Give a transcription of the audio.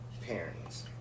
parents